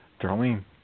Darlene